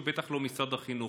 ובטח לא את משרד החינוך.